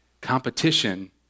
competition